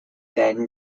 then